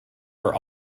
are